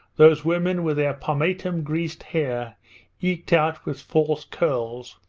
those women with their pomatum-greased hair eked out with false curls,